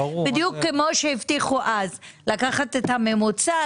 בדיוק כמו שהבטיחו אז: לקחת את הממוצע,